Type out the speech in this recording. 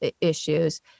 issues